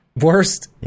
Worst